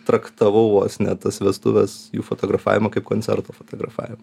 traktavau vos ne tas vestuves jų fotografavimą kaip koncerto fotografavimą